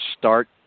start